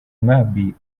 nkambi